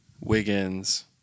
Wiggins